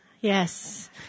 Yes